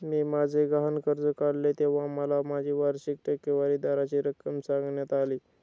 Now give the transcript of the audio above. मी माझे गहाण कर्ज काढले तेव्हा मला माझ्या वार्षिक टक्केवारी दराची रक्कम सांगण्यात आली